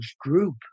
group